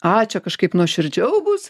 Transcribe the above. a čia kažkaip nuoširdžiau bus